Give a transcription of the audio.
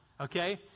okay